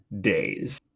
days